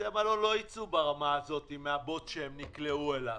בתי המלון לא יצאו ברמה הזאת מהבוץ שהם נקלעו אליו.